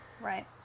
Right